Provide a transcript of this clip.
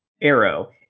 arrow